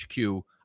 HQ